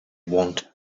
want